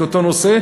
את אותו נושא,